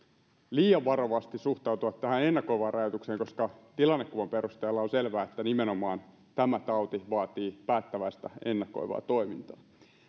liian varovasti suhtautua tähän ennakoivaan rajoitukseen koska tilannekuvan perusteella on selvää että nimenomaan tämä tauti vaatii päättäväistä ennakoivaa toimintaa